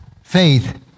faith